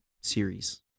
series